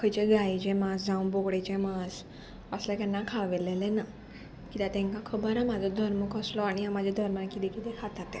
खंयचे गायेचें मांस जावं बोकडेचें मांस असलें केन्ना खावयलेलें ना कित्याक तांकां खबर आहा म्हाजो धर्म कसलो आनी हांव म्हाज्या धर्मान किदें किदें खाता तें